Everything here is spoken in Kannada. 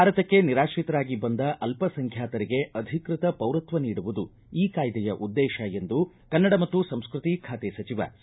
ಭಾರತಕ್ಕೆ ನಿರಾತ್ರಿತರಾಗಿ ಬಂದ ಅಲ್ಲ ಸಂಖ್ಯಾತರಿಗೆ ಅಧಿಕೃತ ಪೌರತ್ವ ನೀಡುವುದು ಈ ಕಾಯ್ದೆಯ ಉದ್ದೇಶ ಎಂದು ಕನ್ನಡ ಮತ್ತು ಸಂಸ್ಟತಿ ಖಾತೆ ಸಚಿವ ಸಿ